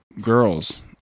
girls